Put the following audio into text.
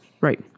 Right